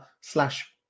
slash